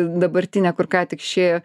dabartinę kur ką tik išėjo